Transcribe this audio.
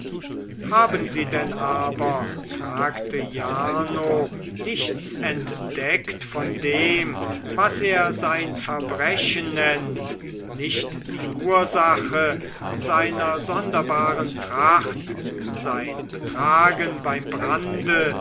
haben sie denn aber fragte jarno nichts entdeckt von dem was er sein verbrechen nennt nicht die ursache seiner sonderbaren tracht sein betragen beim brande